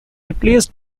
replaced